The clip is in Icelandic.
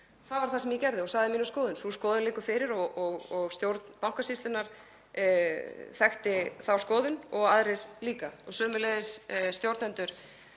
það var það sem ég gerði og sagði mína skoðun. Sú skoðun liggur fyrir, stjórn Bankasýslunnar þekkti þá skoðun og aðrir líka, sömuleiðis stjórnendur